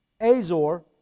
Azor